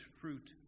fruit